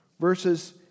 verses